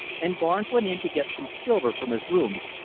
and barnes went in to get some silver from his rooms,